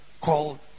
called